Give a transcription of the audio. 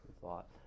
thought